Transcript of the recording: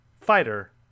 fighter